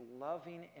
loving